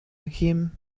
him